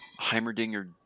Heimerdinger